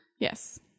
Yes